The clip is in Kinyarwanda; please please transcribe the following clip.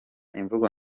imvugo